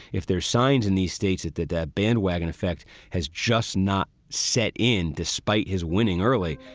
if there signs in these states that that that bandwagon effect has just not set in despite his winning early,